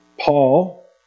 Paul